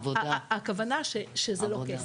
הכוונה שזה לא כסף.